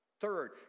Third